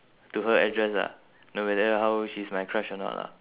to her address ah no matter how she's my crush or not lah